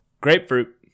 grapefruit